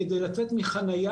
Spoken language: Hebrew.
כדי לצאת מחניה